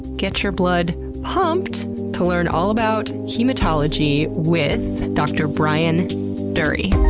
get your blood pumped to learn all about hematology with dr. brian durie.